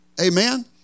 Amen